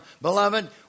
Beloved